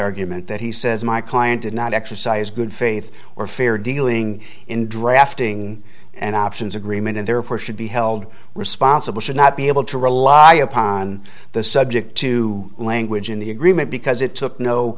argument that he says my client did not exercise good faith or fair dealing in drafting and options agreement and therefore should be held responsible should not be able to rely upon the subject to language in the agreement because it took no